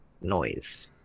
noise